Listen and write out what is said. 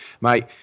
Mate